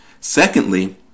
Secondly